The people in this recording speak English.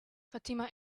fatima